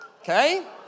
Okay